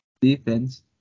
defense